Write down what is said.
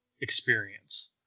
experience